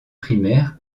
primaire